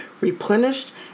replenished